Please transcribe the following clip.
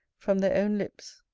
from their own lips.